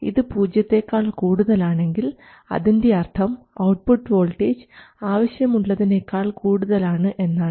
ഇത് പൂജ്യത്തെക്കാൾ കൂടുതലാണെങ്കിൽ അതിൻറെ അർത്ഥം ഔട്ട്പുട്ട് വോൾട്ടേജ് ആവശ്യം ഉള്ളതിനേക്കാൾ കൂടുതലാണ് എന്നാണ്